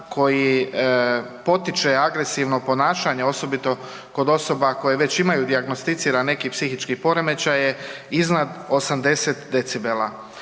koji potiče agresivno ponašanje, osobito kod osoba koje već imaju dijagnosticirane neke psihičke poremećaje, iznad 80 decibela.